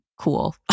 cool